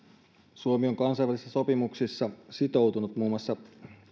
suomi on kansainvälisissä sopimuksissa sitoutunut muun muassa